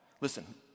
Listen